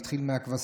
זה התחיל מהכבשים,